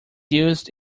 used